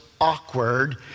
awkward